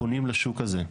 פונים לשוק הזה.